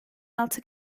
altı